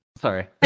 Sorry